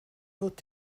wird